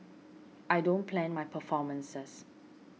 I don't plan my performances